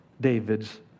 David's